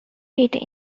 peter